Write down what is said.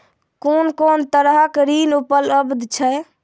कून कून तरहक ऋण उपलब्ध छै?